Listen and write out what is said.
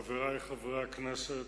חברי חברי הכנסת,